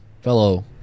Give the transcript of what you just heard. fellow